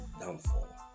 downfall